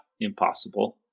impossible